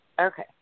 Okay